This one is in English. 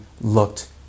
looked